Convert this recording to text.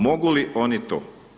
Mogu li oni to?